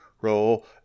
roll